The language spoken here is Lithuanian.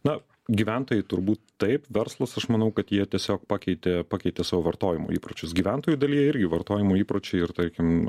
na gyventojai turbūt taip verslas aš manau kad jie tiesiog pakeitė pakeitė savo vartojimo įpročius gyventojų dalyje irgi vartojimo įpročiai ir tarkim